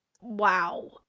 Wow